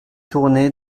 tourné